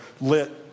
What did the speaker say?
lit